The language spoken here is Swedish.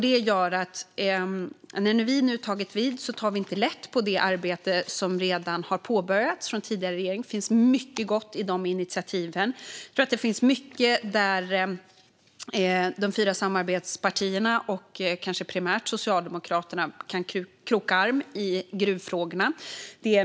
Det gör att vi, nu när vi har tagit vid, inte tar lätt på det arbete som redan har påbörjats av den tidigare regeringen. Det finns mycket gott i de initiativen. Jag tror att det finns mycket där de fyra samarbetspartierna och kanske primärt Socialdemokraterna kan kroka arm i gruvfrågorna.